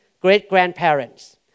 great-grandparents